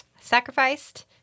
sacrificed